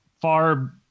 far